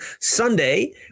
Sunday